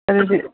ꯑꯗꯨꯗꯤ